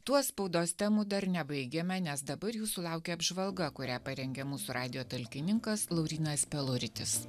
tuo spaudos temų dar nebaigėme nes dabar jūsų laukia apžvalga kurią parengė mūsų radijo talkininkas laurynas peluritis